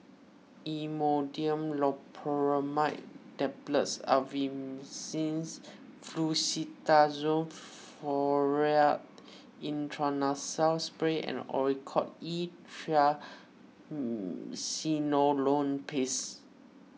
Imodium Loperamide Tablets Fluticasone Furoate Intranasal Spray and Oracort E Triamcinolone Paste